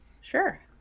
sure